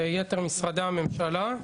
ויתר משרדי הממשלה,